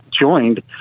joined